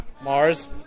Mars